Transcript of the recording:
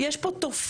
יש פה תופעה,